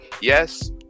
yes